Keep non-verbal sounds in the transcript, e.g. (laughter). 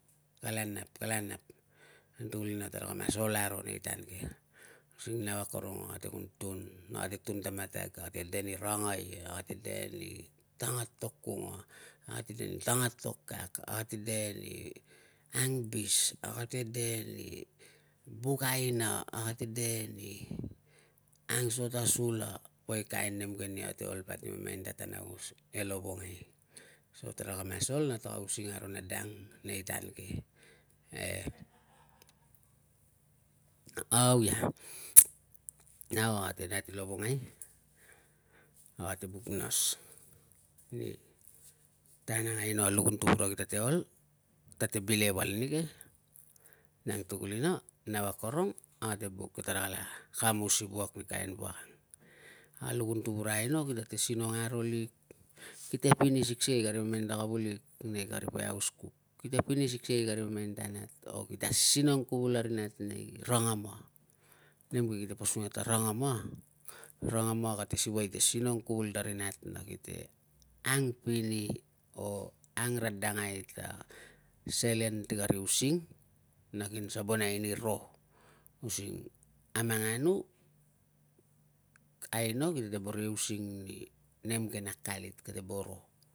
Kala nap! Kala nap! Ang tukulina taraka mas ol aro nei tan ke. Using nau akorong a kate kun tun, ate tun ta matag, a kate de ni rangai, a kate de ni tanga tok kunga, a kate de ni tanga tok kak, a kate de ni angbis, a kate de ni buk aina, a kate de ni angso ta sula. Poi kain nem ke nia kate ol vali mamain ta tan aungos e lovongai, so taraka mas ol na tara using aro na dang nei tan ke, e. (laughs) Au ia, (noise) nau a kate nat i lovongai, a kate buk nas ni tan ang aino a lupun tuvura kate ol, kate bile val nike? Nang tukulina, nau akorong ate buk ni tarala kamus ni wak ni kain wak ang. A lupun tuvura aino ki te sinong aro lik, kite pini siksikei kari mamain ta kavulik nei kari poi hauskuk. Kite pini siksikei kari mamain ta nat o kita asinong kuvul a ri nat nei rangama, nem ke kite posong ia ta rangama. Rangama kate siwa i te sinong kuvul ta ri nat na kite ang pini o ang radangai ta selen ti kari using na kin sabonai ni ro using a manganu, aino kite boro i using ni nem ke na akalit, kate boro.